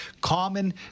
common